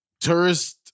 tourist